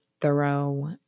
thorough